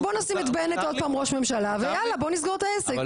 אז בוא נשים את בנט שוב פעם ראש ממשלה ובוא נסגור את העסק,